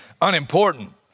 unimportant